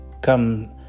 come